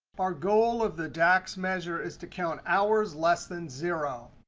our goal of the dax measure is to count hours less than zero.